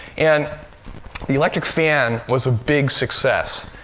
and the electric fan was a big success.